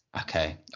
okay